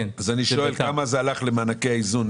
אני שואל כמה הלכו למענקי האיזון,